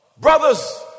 Brothers